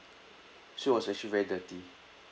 so it was actually very dirty